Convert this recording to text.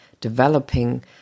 developing